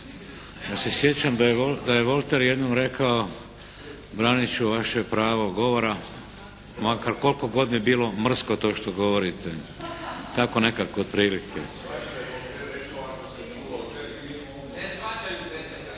Ja se sjećam da je Voltaire jednom rekao: "Branit ću vaše pravo govora makar, koliko god mi bilo mrsko to što govorite". Tako nekako otprilike.